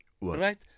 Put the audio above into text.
right